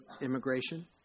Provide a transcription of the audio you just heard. immigration